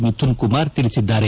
ಮಿಥುನ್ ಕುಮಾರ್ ತಿಳಿಸಿದ್ದಾರೆ